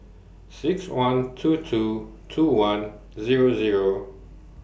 six one two two two one Zero Zero